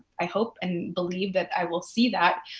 i hope and believe that i will see that.